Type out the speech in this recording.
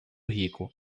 rico